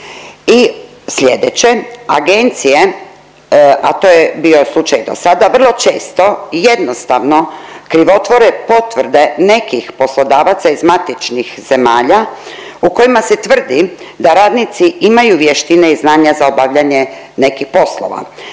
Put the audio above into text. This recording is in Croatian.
I sljedeće, agencije, a to je bio slučaj do sada, vrlo često jednostavno krivotvore potvrde nekih poslodavaca iz matičnih zemalja u kojima se tvrdi da radnici imaju vještine i znanja za obavljanje nekih poslova.